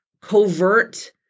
covert